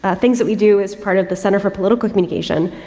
ah things that we do as part of the center for political communication,